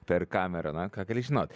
per kamerą na ką gali žinot